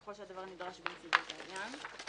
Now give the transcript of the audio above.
ככל שהדבר נדרש בנסיבות העניין,